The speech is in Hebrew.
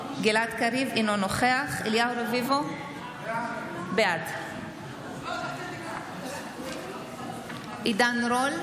אינו נוכח אליהו רביבו, בעד עידן רול,